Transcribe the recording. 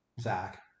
Zach